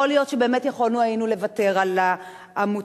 יכול להיות שבאמת היינו יכולים לוותר על העמותות.